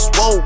Whoa